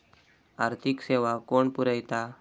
आर्थिक सेवा कोण पुरयता?